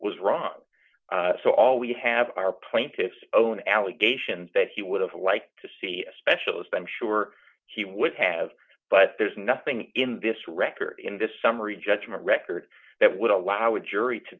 was wrong so all we have are plaintiff's own allegations that he would have liked to see a specialist i'm sure he would have but there's nothing in this record in this summary judgment record that would allow a jury to